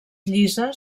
llisa